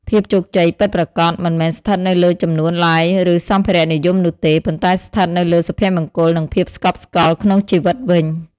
ភាពជោគជ័យពិតប្រាកដមិនមែនស្ថិតនៅលើចំនួន "Like" ឬសម្ភារៈនិយមនោះទេ ប៉ុន្តែស្ថិតនៅលើសុភមង្គល និងភាពស្កប់ស្កល់ក្នុងជីវិតវិញ។